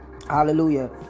Hallelujah